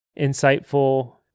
insightful